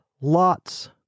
lots